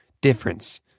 difference